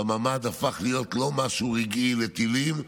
שהממ"ד הפך להיות לא משהו רגעי לטילים,